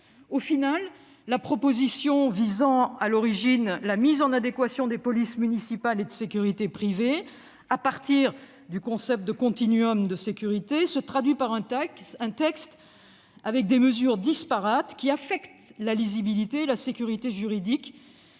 Au final, la proposition de loi, qui visait initialement à la mise en adéquation des polices municipales et de la sécurité privée à partir du concept de continuumde sécurité, se traduit par un texte avec des mesures disparates qui affectent la lisibilité et la sécurité juridique